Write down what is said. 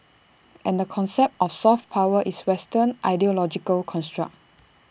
and the concept of soft power is western ideological construct